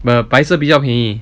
买白色比较便宜